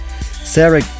Sarah